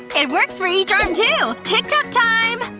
it works for each arm, too! tik tok time!